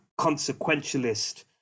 consequentialist